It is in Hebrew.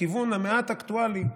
לכיוון המעט-אקטואלי,